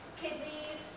kidneys